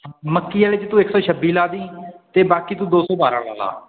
ਮੱਕੀ ਆਲੇ 'ਚ ਤੂੰ ਇੱਕ ਸੌ ਛੱਬੀ ਲਾ ਦੀ ਅਤੇ ਬਾਕੀ ਤੂੰ ਦੋ ਸੌ ਬਾਰਾਂ ਲਾ ਲਾ